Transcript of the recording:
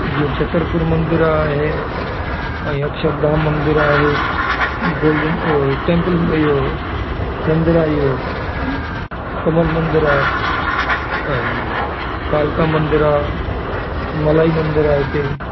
जीअं छ्त्तरपुर मंदरु आहे ऐं अक्षरधाम मंदरु आहे गोल्डन इहो टैंपल इहो मंदरु आहे इहो कमल मंदरु आहे ऐं कालका मंदरु आहे मलाई मंदरु आहे हिते